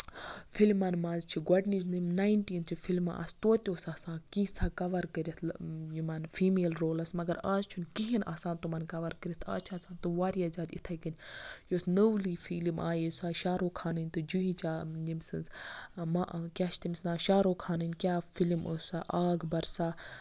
فِلمَن منٛز چھِ گۄڈٕنِچ یِم نایِنٹیٖنتھٕ فِلمہٕ آسہٕ توتہِ اوس آسان کیٚنژھا کَور کٔرِتھ یِمن فیٖمیل رولَس مَگر آز چھُنہٕ کِہیٖنۍ تِمن آسان کَرُن کٔرِتھ آز چھِ آسان تِم واریاہ زیادٕ یِتھٕے کٔنۍ یُس نٔولی فِلِم آیہِ سُہ آیہِ شارو خانٕنۍ تہٕ جوٗہی چولہ ییٚمہِ سٕنز کیاہ چھُ تٔمِس ناو شاہ روخانٕنۍ کیاہ فِلِم ٲس سۄ آگ برسا